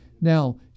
Now